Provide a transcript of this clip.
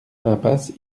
impasse